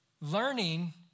Learning